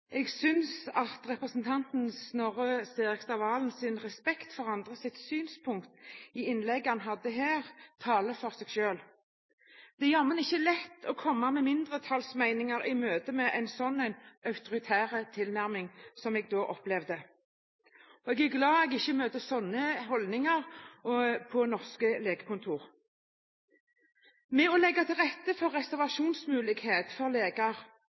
Jeg synes at representanten Snorre Serigstad Valens respekt for andres synspunkt i innlegget han hadde her, taler for seg. Det er neimen ikke lett å komme med mindretallsmeninger i møte med en slik autoritær tilnærming som jeg opplevde, og jeg er glad for at jeg ikke møter slike holdninger på norske legekontor. Ved å legge til rette for reservasjonsmulighet for